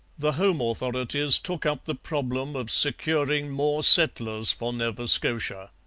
the home authorities took up the problem of securing more settlers for nova scotia.